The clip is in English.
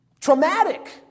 traumatic